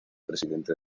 presidente